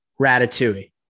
Ratatouille